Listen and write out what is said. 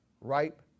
ripe